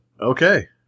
Okay